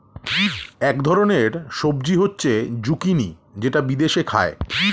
এক ধরনের সবজি হচ্ছে জুকিনি যেটা বিদেশে খায়